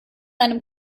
einem